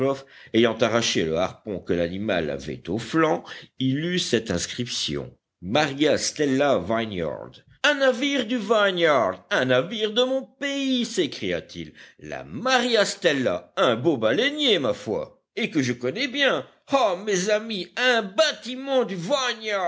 ayant arraché le harpon que l'animal avait au flanc y lut cette inscription maria stella vineyard un navire du vineyard un navire de mon pays s'écria-t-il la maria stella un beau baleinier ma foi et que je connais bien ah mes amis un bâtiment du